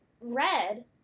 Red